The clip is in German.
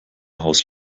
haus